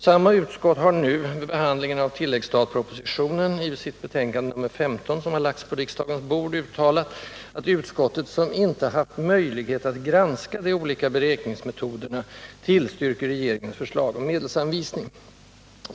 Samma utskott har nu, vid behandlingen av tilläggsstatpropositionen i betänkandet 1978/79:15 som har lagts på riksdagens bord, uttalat att ”utskottet, som inte haft möjlighet att granska de olika beräkningsmetoderna, tillstyrker regeringens förslag om medelsanvisning”.